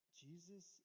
jesus